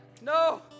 no